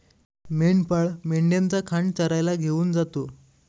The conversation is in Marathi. मेंढपाळ मेंढ्यांचा खांड चरायला घेऊन जातो